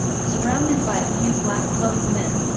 surrounded by a few black-clothed men,